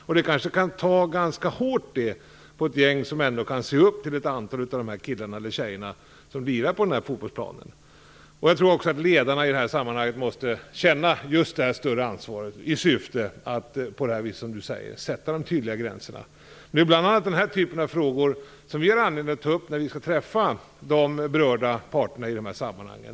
En sådan sak kan kanske ta ganska hårt på ett gäng supportrar som ändå ser upp till de killar eller tjejer som lirar på fotbollsplanen. Jag tror också att ledarna i det här sammanhanget måste känna av ett större ansvar för att, som Lars Stjernkvist säger, sätta tydliga gränser. Det är bl.a. den här typen av frågor som vi har anledning att ta upp när vi skall träffa de berörda parterna i de här sammanhangen.